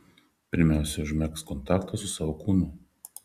pirmiausia užmegzk kontaktą su savo kūnu